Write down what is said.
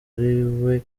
ariwe